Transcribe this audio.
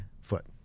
foot